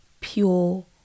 pure